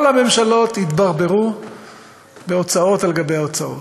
כל הממשלות התברברו בהוצאות על ההוצאות.